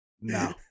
no